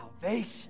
salvation